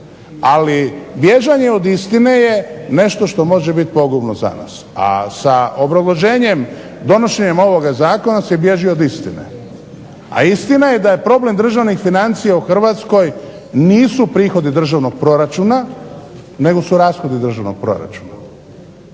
Ali bježanje od istine je nešto što može biti pogubno za nas. A sa obrazloženjem donošenjem ovoga zakona se bježi od istine, a istina je da je problem državnih financija u Hrvatskoj nisu prihodi državnog proračuna nego su rashodi državnog proračuna.